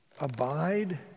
abide